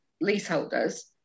leaseholders